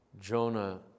Jonah